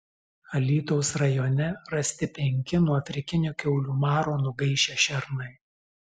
alytaus rajone rasti penki nuo afrikinio kiaulių maro nugaišę šernai